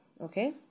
Okay